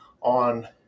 on